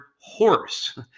horse